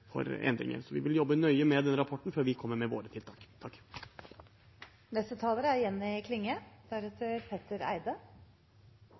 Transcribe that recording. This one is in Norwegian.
endringer. Vi vil jobbe nøye med den rapporten før vi kommer med våre tiltak. Den enorme veksten i forbruksgjeld og talet på inkassosaker dei siste åra er